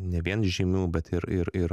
ne vien žymių bet ir ir ir